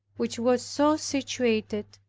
which was so situated,